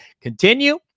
continue